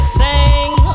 sing